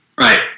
Right